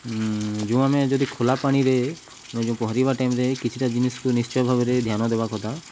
ଯେଉଁ ଆମେ ଯଦି ଖୋଲା ପାଣିରେ ଆମେ ଯେଉଁ ପହଁରିବା ଟାଇମ୍ରେ କିଛିଟା ଜିନିଷକୁ ନିଶ୍ଚୟ ଭାବରେ ଧ୍ୟାନ ଦେବା କଥା